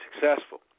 successful